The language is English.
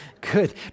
Good